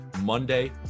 Monday